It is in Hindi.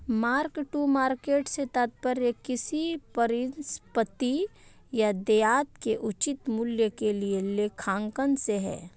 मार्क टू मार्केट से तात्पर्य किसी परिसंपत्ति या देयता के उचित मूल्य के लिए लेखांकन से है